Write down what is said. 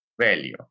value